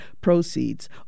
proceeds